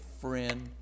friend